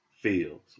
Feels